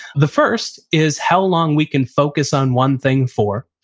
the first is how long we can focus on one thing for,